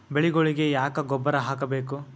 ಬೆಳಿಗೊಳಿಗಿ ಯಾಕ ಗೊಬ್ಬರ ಹಾಕಬೇಕು?